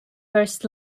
first